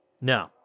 no